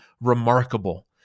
remarkable